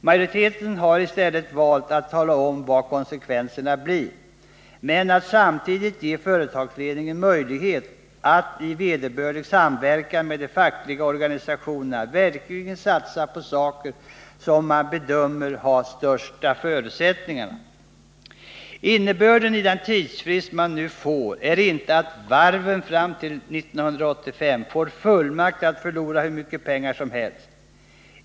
Majoriteten har i stället valt att tala om vad konsekvenserna blir men också samtidigt ge företagsledningen möjlighet att i vederbörlig samverkan med de fackliga organisationerna verkligen satsa på de saker man bedömer har de största förutsättningarna. Innebörden i den tidsfrist man nu får är inte att varven fram till 1985 får fullmakt att förlora hur mycket pengar som helst.